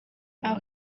aho